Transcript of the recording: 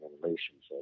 Relations